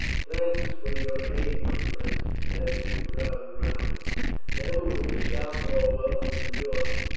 thanks for your aid, my friends! he said as they crowded round him never was a shout more welcome than yours.